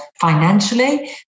financially